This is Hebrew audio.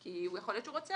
כי יכול להיות שהוא רוצה,